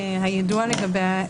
היידוע לגביה,